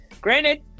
Granted